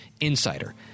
insider